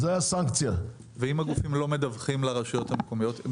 ואם הגופים לא מדווחים לרשויות המקומיות?